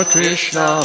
Krishna